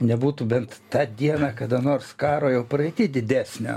nebūtų bent tą dieną kada nors karo jau praeity didesnio